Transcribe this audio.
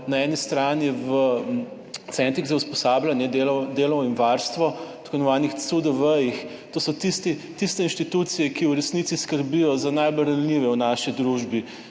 na eni strani v centrih za usposabljanje, delo in varstvo, v tako imenovanih CUDV-jih; to so tiste inštitucije, ki v resnici skrbijo za najbolj ranljive v naši družbi,